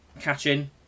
Catching